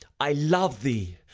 i love thee,